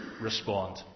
respond